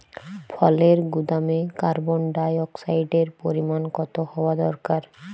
ফলের গুদামে কার্বন ডাই অক্সাইডের পরিমাণ কত হওয়া দরকার?